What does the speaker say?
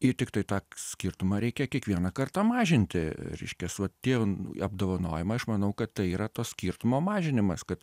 ir tiktai tą skirtumą reikia kiekvieną kartą mažinti reiškias vat tie apdovanojimai aš manau kad tai yra to skirtumo mažinimas kad